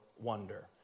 wonder